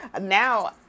Now